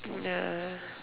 ya